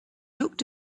looked